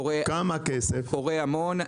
קורה המון.